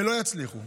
ולא יצליחו,